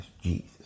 Jesus